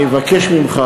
אני מבקש ממך,